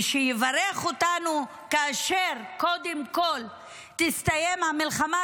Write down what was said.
ושיברך אותנו כאשר קודם כול תסתיים המלחמה.